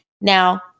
Now